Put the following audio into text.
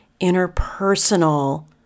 interpersonal